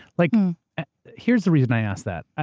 like here's the reason i ask that.